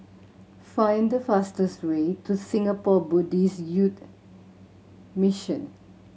find the fastest way to Singapore Buddhist Youth Mission